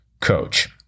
coach